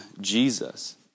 Jesus